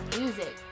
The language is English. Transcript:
music